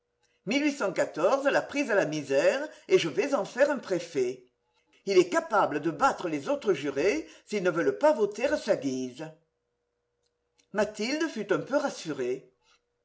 l'a pris à la misère et je vais en faire un préfet il est capable de battre les autres jurés s'ils ne veulent pas voter à sa guise mathilde fut un peu rassurée